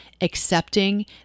accepting